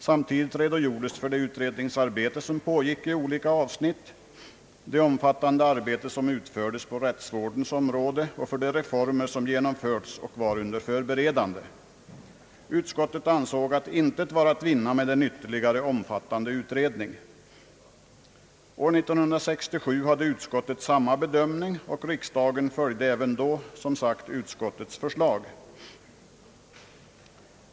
Samtidigt redogjordes för det utredningsarbete som pågick i olika avsnitt, det omfattande arbete som utförts på rättsvårdens om råde och de reformer som genomförts och var under förberedande. Utskottet ansåg att intet var att vinna med ytterligare omfattande utredning. År 1967 hade utskottet samma bedömning, och riksdagen följde som sagt även då utskottets förslag.